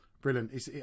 Brilliant